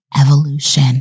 evolution